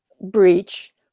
breach